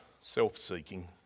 self-seeking